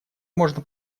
можно